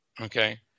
Okay